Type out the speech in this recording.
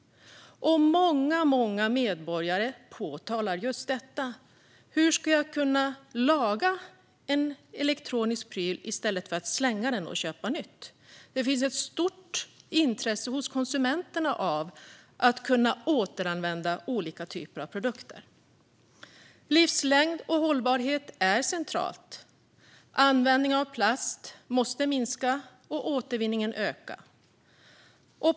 Många medborgare påtalar just detta. Hur kan jag laga en elektronisk pryl i stället för att slänga den och köpa nytt? Det finns ett stort intresse hos konsumenterna av att kunna återanvända olika typer av produkter. Livslängd och hållbarhet är centralt. Användningen av plast måste minska och återvinningen öka.